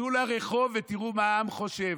צאו לרחוב ותראו מה העם חושב.